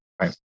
Right